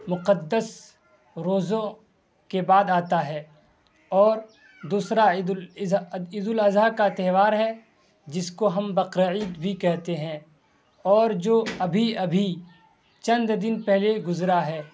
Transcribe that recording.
مقدس روزوں کے بعد آتا ہے اور دوسرا عید عید الاضحیٰ کا تہوار ہے جس کو ہم بقر عید بھی کہتے ہیں اور جو ابھی ابھی چند دن پہلے گزرا ہے